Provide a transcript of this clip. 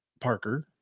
Parker